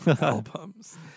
albums